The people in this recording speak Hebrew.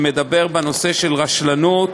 שמדברת בנושא של רשלנות.